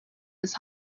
his